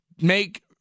make